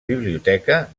biblioteca